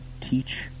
teach